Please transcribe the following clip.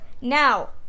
now